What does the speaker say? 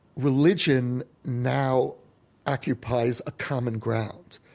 religion now occupies a common ground,